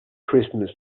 christmas